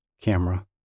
camera